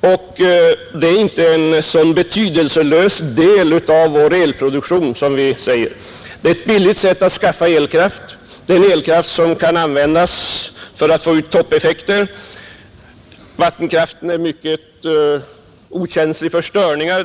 och det är inte en så betydelselös del av vår elproduktion. Det är fråga om ett billigt sätt att skaffa elkraft och det gäller en elkraft som kan användas för att få ut toppeffekter. Vattenkraften är mycket okänslig för störningar.